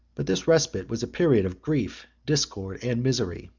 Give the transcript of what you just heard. but this respite was a period of grief, discord, and misery.